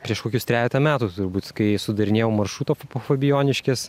prieš kokius trejetą metų turbūt kai sudarinėjau maršrutą po fabijoniškes